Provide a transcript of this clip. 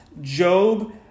Job